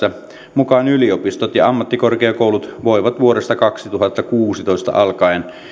mukaan yliopistot ja ammattikorkeakoulut voivat vuodesta kaksituhattakuusitoista alkaen